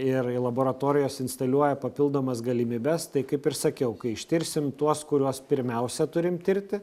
ir laboratorijos instaliuoja papildomas galimybes tai kaip ir sakiau kai ištirsim tuos kuriuos pirmiausia turim tirti